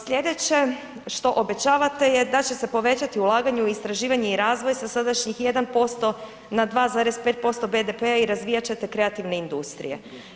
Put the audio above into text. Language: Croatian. Sljedeće što obećavate je da će se povećati ulaganje u istraživanje i razvoj sa sadašnjih 1% na 2,5% BDP-a i razvijat ćete kreativne industrije.